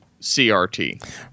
CRT